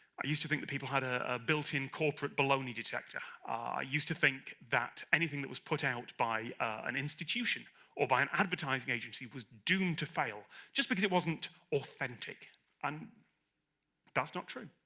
i used to think that people had a ah built-in corporate baloney detector i used to think that anything that was put out by an institution or by an advertising agency was doomed to fail just because it wasn't authentic and that's not true.